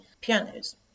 pianos